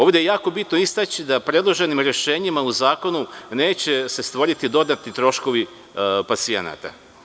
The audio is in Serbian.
Ovde je jako bitno istaći da predloženim rešenjima u zakonu neće se stvoriti dodatni troškovi pacijenata.